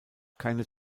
keine